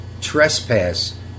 trespass